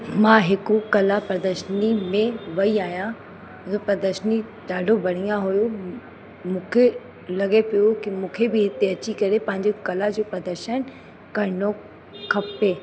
मां हिकु कला प्रदर्शनी में वयी आहियां उहा प्रदर्शनी ॾाढो बढ़िया हुयो मूंखे लॻे पियो कि मूंखे बि हिते अची करे पंहिंजे कला जो प्रदर्शन करिणो खपे